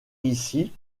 ici